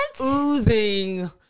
oozing